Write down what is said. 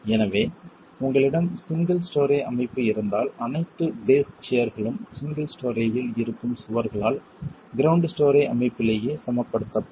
எனவே உங்களிடம் single storey அமைப்பு இருந்தால் அனைத்து பேஸ் சியர்களும் சிங்கிள் ஸ்டோரேயில் இருக்கும் சுவர்களால் கிரௌண்ட் ஸ்டோரே அமைப்பிலேயே சமப்படுத்தப்படும்